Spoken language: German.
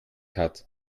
hat